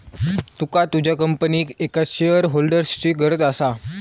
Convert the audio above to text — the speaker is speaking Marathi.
तुका तुझ्या कंपनीक एक शेअरहोल्डरची गरज असा